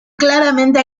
claramente